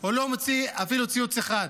הוא לא מוציא אפילו ציוץ אחד.